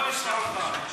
בוא נשמע אותך.